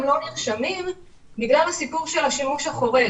הם לא נרשמים בגלל הסיפור של השימוש החורג